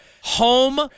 home